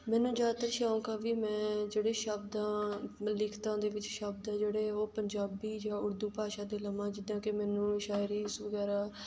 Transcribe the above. ਮੈਨੂੰ ਜ਼ਿਆਦਾਤਰ ਸ਼ੌਂਕ ਆ ਵੀ ਮੈਂ ਜਿਹੜੇ ਸ਼ਬਦ ਆ ਲਿਖਤਾਂ ਦੇ ਵਿੱਚ ਸ਼ਬਦ ਆ ਜਿਹੜੇ ਉਹ ਪੰਜਾਬੀ ਜਾਂ ਉਰਦੂ ਭਾਸ਼ਾ ਦੇ ਲਵਾਂ ਜਿੱਦਾਂ ਕਿ ਮੈਨੂੰ ਸ਼ਾਇਰੀਸ ਵਗੈਰਾ